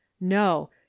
no